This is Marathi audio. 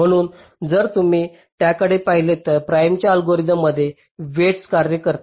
म्हणूनच जर तुम्ही त्याकडे पाहिले तर प्राइमच्या अल्गोरिदममध्ये वेईटस कार्य करते